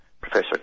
Professor